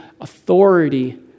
authority